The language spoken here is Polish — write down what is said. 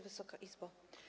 Wysoka Izbo!